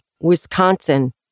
Wisconsin